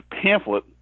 pamphlet